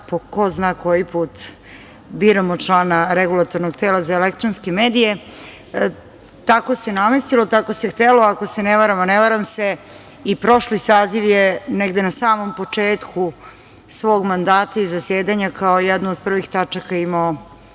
ko zna koji put biramo člana Regulatornog tela za elektronske medije. Tako se namestilo, tako se htelo, ako se ne varam, a ne varam se, i prošli saziv je negde na samom početku svog mandata i zasedanja, kao jednu od prvih tačaka imao